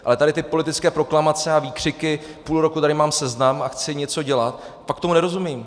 Ale tady ty politické proklamace a výkřiky: půl roku tady mám seznam a chci něco dělat pak tomu nerozumím.